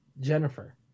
jennifer